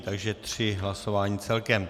Takže tři hlasování celkem.